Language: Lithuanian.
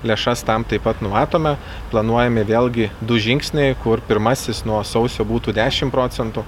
lėšas tam taip pat numatome planuojami vėlgi du žingsniai kur pirmasis nuo sausio būtų dešim procentų